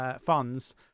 funds